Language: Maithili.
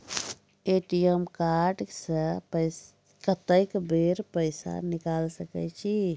ए.टी.एम कार्ड से कत्तेक बेर पैसा निकाल सके छी?